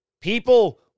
people